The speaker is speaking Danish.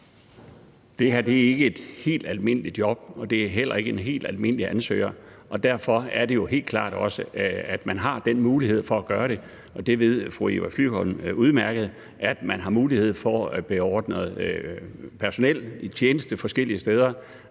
Det her er ikke et helt almindeligt job, og det er heller ikke en helt almindelig ansøger, og derfor er det jo også helt klart, at man har den mulighed for at gøre det. Fru Eva Flyvholm ved udmærket, at man har mulighed for at beordre personel i tjeneste forskellige steder.